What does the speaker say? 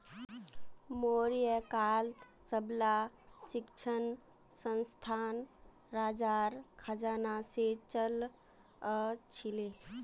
मौर्य कालत सबला शिक्षणसंस्थान राजार खजाना से चलअ छीले